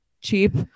cheap